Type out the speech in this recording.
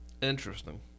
interesting